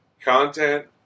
Content